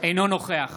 אינו נוכח